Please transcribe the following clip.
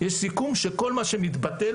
יש סיכום שכל מה שמתבטל,